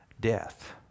death